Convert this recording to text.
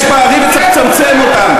יש פערים וצריך לצמצם אותם,